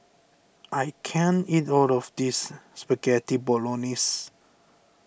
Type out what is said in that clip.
I can't eat all of this Spaghetti Bolognese